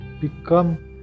become